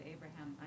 Abraham